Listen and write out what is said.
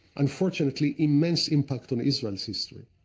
unfortunately, immense impact on israel's history.